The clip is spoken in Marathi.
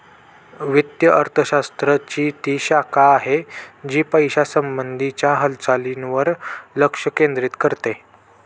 वित्त अर्थशास्त्र ची ती शाखा आहे, जी पैशासंबंधी च्या हालचालींवर लक्ष केंद्रित करते